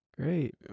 Great